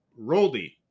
Roldy